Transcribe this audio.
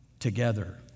together